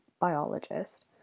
biologist